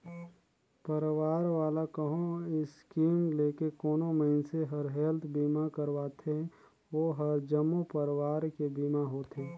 परवार वाला कहो स्कीम लेके कोनो मइनसे हर हेल्थ बीमा करवाथें ओ हर जम्मो परवार के बीमा होथे